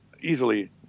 easily